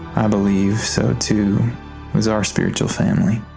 i believe so too was our spiritual family